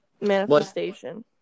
Manifestation